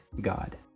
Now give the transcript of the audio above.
God